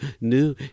New